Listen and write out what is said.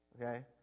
Okay